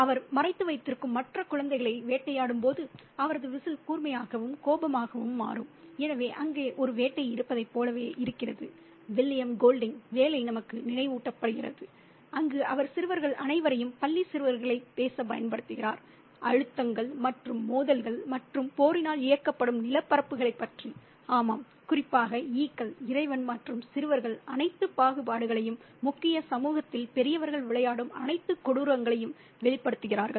அவர் மறைத்து வைத்திருக்கும் மற்ற குழந்தைகளை வேட்டையாடும்போது அவரது விசில் கூர்மையாகவும் கோபமாகவும் மாறும் எனவே அங்கே ஒரு வேட்டை இருப்பதைப் போலவே இருக்கிறது வில்லியம் கோல்டிங்கின் William Golding வேலை நமக்கு நினைவூட்டப்படுகிறது அங்கு அவர் சிறுவர்கள் அனைவரையும் பள்ளி சிறுவர்களைப் பேசப் பயன்படுத்துகிறார் அழுத்தங்கள் மற்றும் மோதல்கள் மற்றும் போரினால் இயக்கப்படும் நிலப்பரப்புகளைப் பற்றி ஆமாம் குறிப்பாக ஈக்கள் இறைவன் மற்றும் சிறுவர்கள் அனைத்து பாகுபாடுகளையும் முக்கிய சமூகத்தில் பெரியவர்கள் விளையாடும் அனைத்து கொடூரங்களையும் வெளிப்படுத்துகிறார்கள்